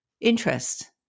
interest